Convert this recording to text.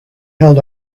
held